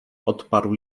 odparł